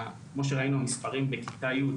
כמו שראינו המספרים בכיתה י',